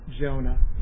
Jonah